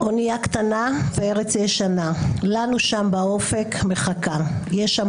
אנייה קטנה וארץ ישנה/ לנו שם באופק מחכה/ יש שם